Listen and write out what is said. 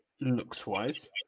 looks-wise